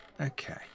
okay